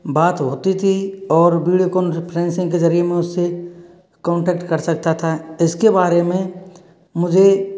बात होती थी और वीडियो कॉन्फ़्रेंसिंग के जरिए मैं उससे कॉन्टैक्ट कर सकता था इसके बारे में मुझे